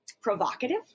provocative